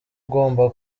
ugomba